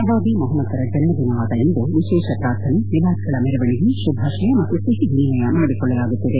ಪ್ರವಾದಿ ಮೊಹಮ್ಮದರ ಜನ್ಮದಿನವಾದ ಇಂದು ವಿಶೇಷ ಪ್ರಾರ್ಥನೆ ಮಿಲಾದ್ಗಳ ಮೆರವಣಿಗೆ ಶುಭಾಶಯ ಮತ್ತು ಸಿಹಿ ವಿನಿಮಯ ಮಾಡಿಕೊಳ್ಳಲಾಗುತ್ತದೆ